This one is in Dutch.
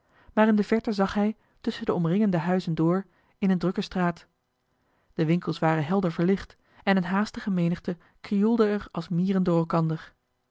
in de verte zag hij tusschen de omringende huizen door in eene drukke straat de winkels waren helder verlicht en eene haastige menigte krioelde er als mieren door elkander